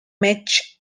match